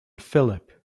phillip